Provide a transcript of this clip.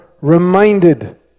reminded